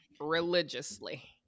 religiously